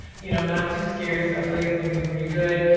you know, not too scary. so hopefully it's gonna be pretty good.